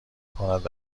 کند